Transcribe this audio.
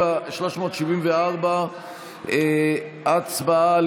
373. הצבעה.